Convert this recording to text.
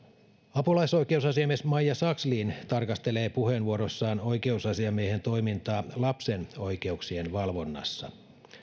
apulaisoikeusasiamies maija sakslin tarkastelee puheenvuorossaan oikeusasiamiehen toimintaa lapsen oikeuksien valvonnassa